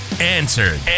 answered